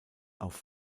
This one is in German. auf